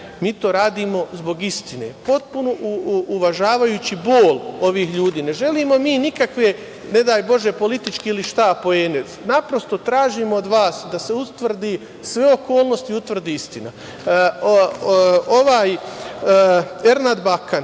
mi to radimo zbog istine, potpuno uvažavajući bol ovih ljudi. Ne želimo mi nikakve, ne daj Bože, političke poene. Naprosto, tražimo od vas da se utvrde sve okolnosti i da se utvrdi istina. Ovaj Ernad Bakan